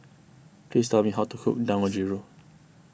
please tell me how to cook Dangojiru